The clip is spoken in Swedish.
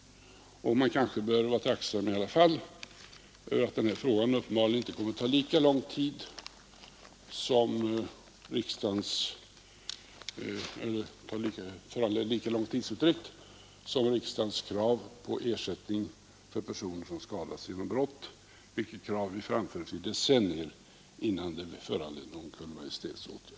Man kanske bör vara tacksam över att tidsutdräkten för denna fråga inte blir lika lång som den blev för riksdagens krav på ersättning till personer som skadats genom brott, vilket krav ju framfördes i decennier innan det föranledde någon Kungl. Maj:ts åtgärd.